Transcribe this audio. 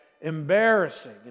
embarrassing